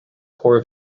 core